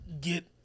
get